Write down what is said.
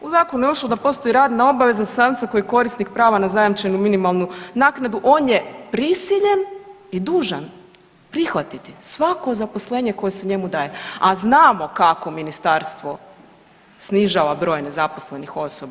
U zakonu je ušlo da postoji radna obaveza za samca koji je korisnik prava na zajamčenu minimalnu naknadu, on je prisiljen i dužan prihvatiti svako zaposlenje koje se njemu daje, a znamo kako ministarstvo snižava broj nezaposlenih osoba.